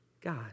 God